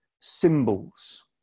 symbols